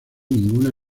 ninguna